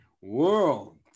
World